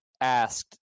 asked